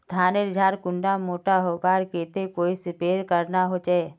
धानेर झार कुंडा मोटा होबार केते कोई स्प्रे करवा होचए?